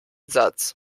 satz